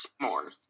more